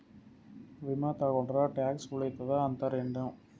ವಿಮಾ ತೊಗೊಂಡ್ರ ಟ್ಯಾಕ್ಸ ಉಳಿತದ ಅಂತಿರೇನು?